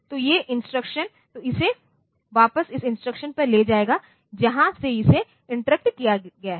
तो ये इंस्ट्रक्शन तो इसे वापस उस इंस्ट्रक्शन पर ले जाएगा जहाँ से इसे इंटरप्ट किया गया था